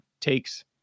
takes